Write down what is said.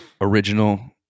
original